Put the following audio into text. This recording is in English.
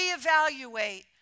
Reevaluate